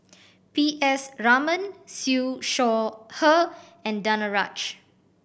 P S Raman Siew Shaw Her and Danaraj